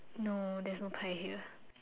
no there's no pie here